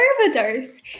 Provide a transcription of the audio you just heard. overdose